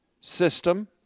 system